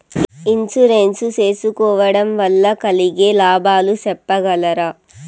Insurance సేసుకోవడం వల్ల కలిగే లాభాలు సెప్పగలరా?